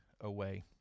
away